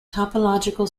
topological